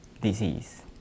disease